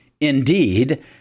Indeed